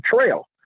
trail